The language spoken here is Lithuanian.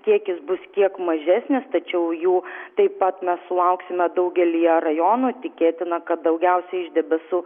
kiekis bus kiek mažesnis tačiau jų taip pat na sulauksime daugelyje rajonų tikėtina kad daugiausiai iš debesų